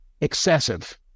excessive